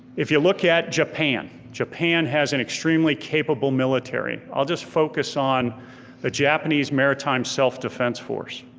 if you look at japan, japan has an extremely capable military, i'll just focus on the japanese maritime self defense force.